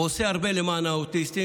הוא עושה הרבה למען האוטיסטים.